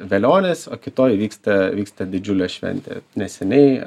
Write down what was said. velionis o kitoj vyksta vyksta vyksta didžiulė šventė neseniai